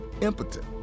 impotent